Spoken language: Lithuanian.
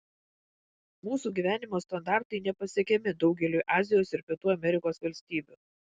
mūsų gyvenimo standartai nepasiekiami daugeliui azijos ir pietų amerikos valstybių